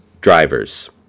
drivers